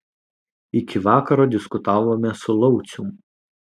iki vakaro diskutavome su laucium